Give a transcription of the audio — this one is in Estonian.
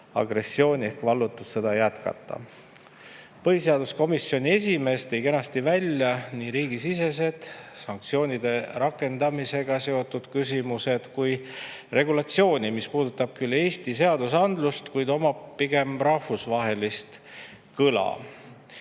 agressiooni ehk vallutussõda jätkata. Põhiseaduskomisjoni esimees tõi kenasti välja nii riigisisesed sanktsioonide rakendamisega seotud küsimused kui ka regulatsiooni, mis puudutab küll Eesti seadusandlust, kuid millel on pigem rahvusvaheline kõla.